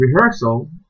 rehearsal